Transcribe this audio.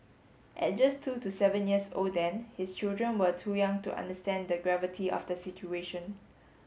at just two to seven years old then his children were too young to understand the gravity of the situation